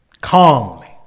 Calmly